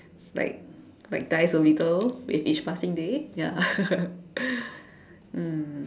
like like dies a little with each passing day ya mm